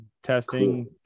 testing